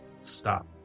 Stop